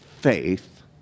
faith